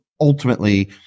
ultimately